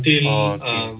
oh